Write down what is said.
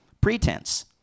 pretense